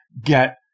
get